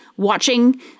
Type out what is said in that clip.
watching